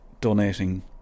donating